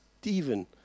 Stephen